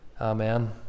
amen